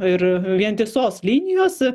ir vientisos linijos